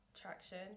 traction